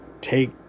Take